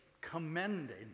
commending